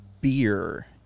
Beer